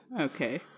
Okay